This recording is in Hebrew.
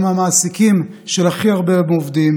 הם המעסיקים של הכי הרבה עובדים.